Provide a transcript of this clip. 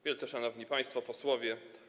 Wielce Szanowni Państwo Posłowie!